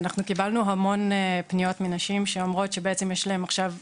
אנחנו קיבלנו המון פניות מנשים שאומרות שבעצם יש להן עכשיו גירעון,